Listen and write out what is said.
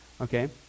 Okay